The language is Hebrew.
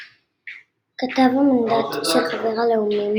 " כתב המנדט של חבר הלאומים